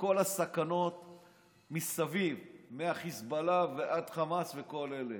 מכל הסכנות מסביב, מהחיזבאללה ועד חמאס וכל אלה.